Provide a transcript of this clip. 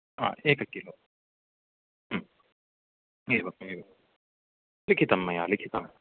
हा एककिलो ह्म् एवमेवं लिखितं मया लिखितम्